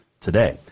today